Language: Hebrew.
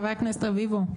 חבר הכנסת רביבו,